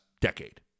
decade